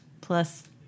plus